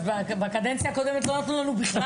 בקדנציה הקודמת לא נתתם לנו בכלל.